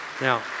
Now